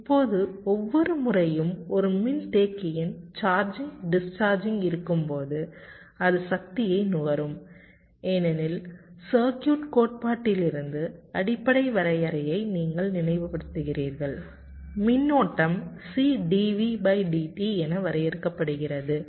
இப்போது ஒவ்வொரு முறையும் ஒரு மின்தேக்கியின் சார்ஜிங் டிஸ்சார்ஜிங் இருக்கும்போது அது சக்தியை நுகரும் ஏனெனில் சர்க்யூட் கோட்பாட்டிலிருந்து அடிப்படை வரையறையை நீங்கள் நினைவுபடுத்துகிறீர்கள் மின்னோட்டம் C dV dt என வரையறுக்கப்படுகிறது